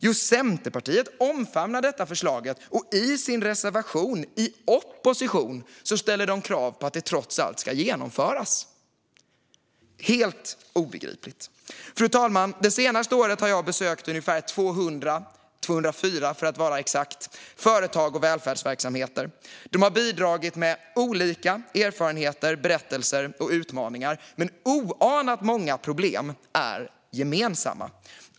Jo, Centerpartiet omfamnar förslaget, och i sin reservation - i opposition - ställer man krav på att det trots allt ska genomföras. Helt obegripligt! Fru talman! Det senaste året har jag besökt ungefär 200 - 204 för att vara exakt - företag och välfärdsverksamheter. De har bidragit med många olika erfarenheter, berättelser och utmaningar. Oanat många problem är dock gemensamma.